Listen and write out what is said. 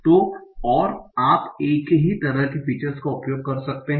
तो और आप एक ही तरह के फीचर्स का उपयोग कर सकते हैं